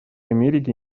америки